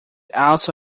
also